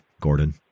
Gordon